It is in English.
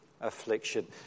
affliction